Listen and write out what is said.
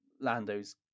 Lando's